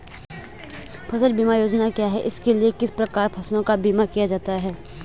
फ़सल बीमा योजना क्या है इसके लिए किस प्रकार फसलों का बीमा किया जाता है?